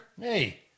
hey